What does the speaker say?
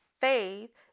faith